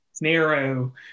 narrow